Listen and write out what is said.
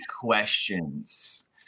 questions